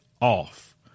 off